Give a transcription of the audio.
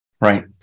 Right